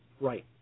Right